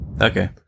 Okay